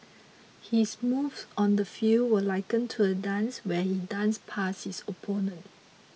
his moves on the field were likened to a dance where he'd dance past his opponents